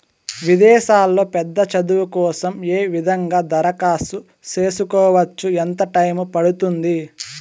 విదేశాల్లో పెద్ద చదువు కోసం ఏ విధంగా దరఖాస్తు సేసుకోవచ్చు? ఎంత టైము పడుతుంది?